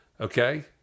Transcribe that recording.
Okay